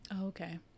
Okay